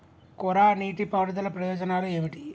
కోరా నీటి పారుదల ప్రయోజనాలు ఏమిటి?